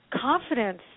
confidence